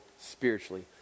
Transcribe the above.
spiritually